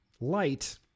light